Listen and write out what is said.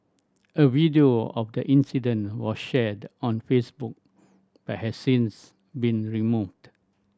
a video of the incident was shared on Facebook but has since been removed